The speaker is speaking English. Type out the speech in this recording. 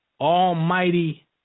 almighty